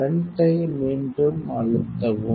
went ஐ மீண்டும் அழுத்தவும்